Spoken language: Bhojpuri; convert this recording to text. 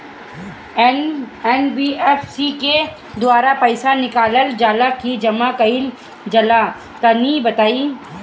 एन.बी.एफ.सी के द्वारा पईसा निकालल जला की जमा कइल जला तनि बताई?